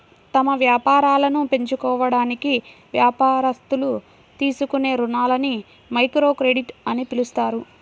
తమ వ్యాపారాలను పెంచుకోవడానికి వ్యాపారస్తులు తీసుకునే రుణాలని మైక్రోక్రెడిట్ అని పిలుస్తారు